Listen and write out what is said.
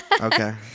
Okay